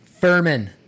Furman